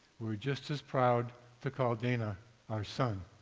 we are just as proud to call dana our son.